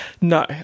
No